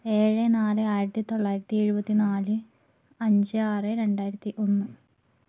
ഏഴ് നാല് ആയിരത്തി തൊള്ളായിരത്തി എഴുപത്തി നാല് അഞ്ച് ആറ് രണ്ടായിരത്തി ഒന്ന്